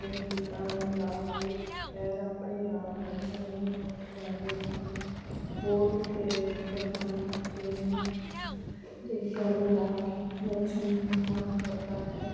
ਦੇ ਗੀਤਾਂ ਨੂੰ ਲਾ ਕੇ ਪੈਰ ਆਪਣੇ ਆਪ ਨੱਚਣ ਨੂੰ ਉੱਠ ਜਾਂਦੇ ਹਨ ਹੋਰ ਬਥੇਰੇ ਸਿੰਗਰ ਹਨ ਜਿਨ੍ਹਾਂ ਦੇ ਗਾਣੇ ਲਗਾ ਕੇ ਨੱਚਣ ਨੂੰ ਮਨ ਕਰਦਾ ਹੈ